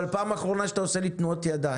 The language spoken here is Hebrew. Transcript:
אבל פעם אחרונה שאתה עושה לי תנועות ידיים.